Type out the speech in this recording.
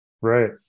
right